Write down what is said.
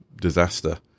disaster